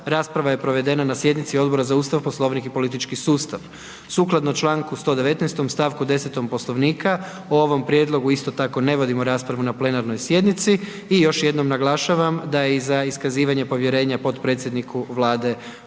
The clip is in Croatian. rasprava je provedena na sjednici Odbora za Ustav, Poslovnik i politički sustav. Sukladno članku 119.-om, stavku 10.-om Poslovnika, o ovom Prijedlogu isto tako ne vodimo raspravu na plenarnoj sjednici i još jednom naglašavam da je i za iskazivanje povjerenja potpredsjedniku Vlade